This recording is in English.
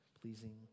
pleasing